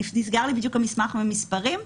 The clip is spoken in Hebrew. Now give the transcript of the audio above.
נסגר לי בדיוק המסמך עם המספרים,